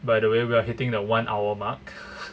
by the way we're hitting the one hour mark